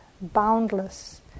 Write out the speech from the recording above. boundless